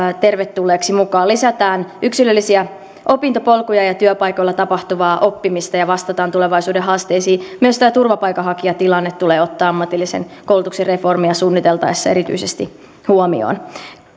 tervetulleeksi mukaan lisätään yksilöllisiä opintopolkuja ja työpaikoilla tapahtuvaa oppimista ja vastataan tulevaisuuden haasteisiin myös tämä turvapaikanhakijatilanne tulee ottaa ammatillisen koulutuksen reformia suunniteltaessa erityisesti huomioon